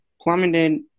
plummeted